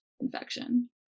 infection